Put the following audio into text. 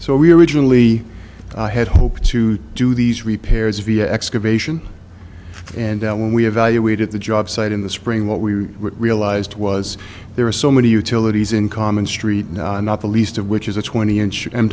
so we originally had hoped to do these repairs via excavation and when we evaluated the job site in the spring what we realised was there are so many utilities in common street and not the least of which is a twenty inch